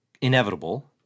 inevitable